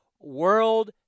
World